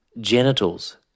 genitals